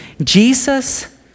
Jesus